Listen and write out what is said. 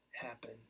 happen